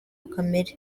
kamere